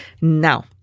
Now